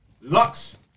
Lux